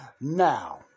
Now